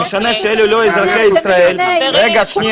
זה משנה שאלה לא אזרחי ישראל --- אני